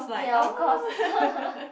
ya of course